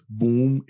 boom